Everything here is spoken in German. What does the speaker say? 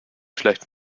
vielleicht